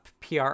PR